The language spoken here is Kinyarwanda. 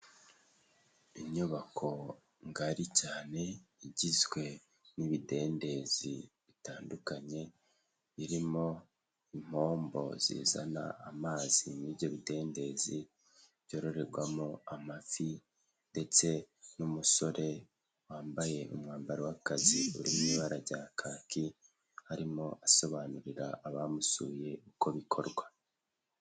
Inyubako ngari cyane igizwe n'ibidendezi bitandukanye, birimo impombo zizana amazi muri ibyo bidendezi byororerwamo amafi ndetse n'umusore wambaye umwambaro w'akazi uri mu ibara rya kaki arimo asobanurira abamusuye uko bikorwa.